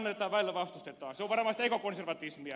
se on varmaan sitä ekokonservatismia